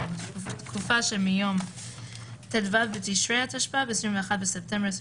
"ובתקופה שמיום ט"ו בתשרי התשפ"ב (21 בספטמבר 2021)